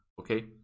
okay